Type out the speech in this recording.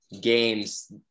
games